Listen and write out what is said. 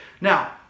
Now